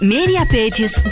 Mediapages